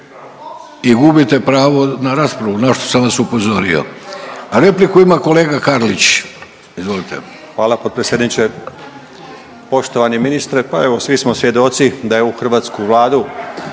i gubite pravo na raspravu na što sam vas upozorio. A repliku ima kolega Karlić, izvolite. **Karlić, Mladen (HDZ)** Hvala potpredsjedniče. Poštovani ministre pa evo svi smo svjedoci da je ovu hrvatsku Vladu